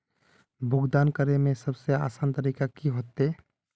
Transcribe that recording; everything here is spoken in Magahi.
भुगतान करे में सबसे आसान तरीका की होते?